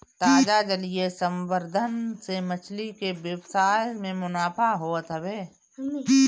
ताजा जलीय संवर्धन से मछरी के व्यवसाय में मुनाफा होत हवे